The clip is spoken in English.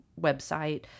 website